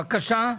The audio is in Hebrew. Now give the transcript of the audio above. בבקשה.